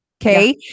Okay